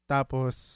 Tapos